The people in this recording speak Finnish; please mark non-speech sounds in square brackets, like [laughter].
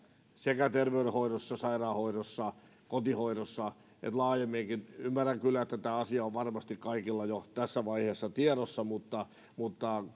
sekä terveydenhoidossa sairaanhoidossa kotihoidossa että laajemminkin ymmärrän kyllä että tämä asia on varmasti kaikilla jo tässä vaiheessa tiedossa mutta mutta [unintelligible]